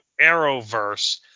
Arrowverse